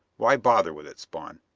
why bother with it, spawn?